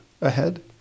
ahead